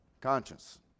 conscience